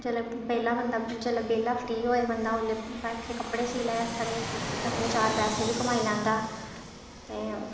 जिसलै बेह्ला बंदा जिसलै बेह्ला फ्री होऐ बंदा औल्लै बैठियै कपड़े सी लै हत्थै दे अपने चार पैसे बी कमाई लैंदा ते